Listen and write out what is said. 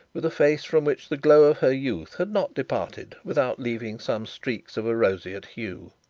with a face from which the glow of her youth had not departed without leaving some streaks of a roseate hue.